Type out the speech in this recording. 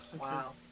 Wow